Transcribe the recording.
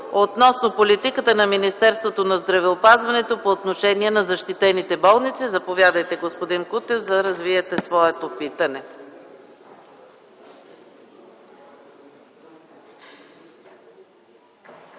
относно политиката на Министерството на здравеопазването по отношение на защитените болници. Заповядайте, господин Кутев, да развиете своето питане.